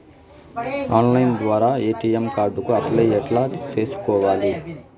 Online ద్వారా ATM card కు apply ఎట్లా సేసుకోవాలి?